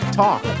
talk